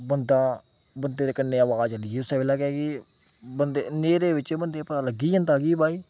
बंदा बंदे दे कन्नें आवाज चली गेई उस्सै बेल्लै केह् कि बंदे न्हेरे बिच्च बंदे ई पता लगी गै जंदा कि भाई